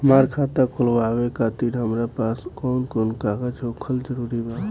हमार खाता खोलवावे खातिर हमरा पास कऊन कऊन कागज होखल जरूरी बा?